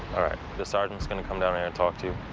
all right. the sergeant is going to come down here and talk to you.